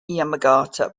yamagata